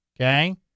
Okay